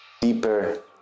deeper